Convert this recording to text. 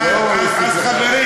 לא, בכללים